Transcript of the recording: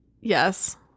Yes